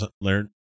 learn